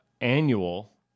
Annual